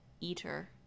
eater